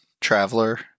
Traveler